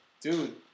Dude